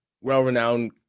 well-renowned